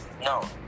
No